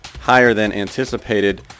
higher-than-anticipated